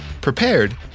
prepared